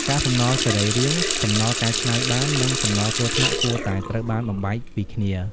កាកសំណល់សរីរាង្គ សំណល់កែច្នៃបាន និងសំណល់គ្រោះថ្នាក់ គួរតែត្រូវបានបំបែកពីគ្នា។